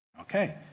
Okay